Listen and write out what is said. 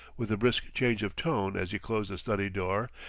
with a brisk change of tone as he closed the study door,